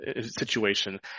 situation